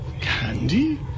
Candy